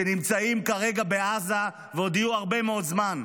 שנמצאים כרגע בעזה ועוד יהיו הרבה מאוד זמן?